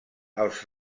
els